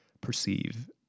perceive